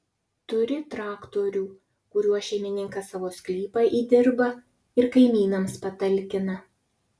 turi traktorių kuriuo šeimininkas savo sklypą įdirba ir kaimynams patalkina